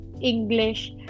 English